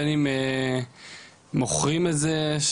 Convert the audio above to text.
בין אם מוכרים את זה,